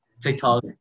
TikTok